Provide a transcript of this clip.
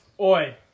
Oi